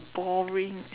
boring